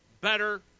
better